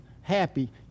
happy